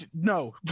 no